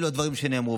אלה הדברים שנאמרו.